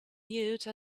mute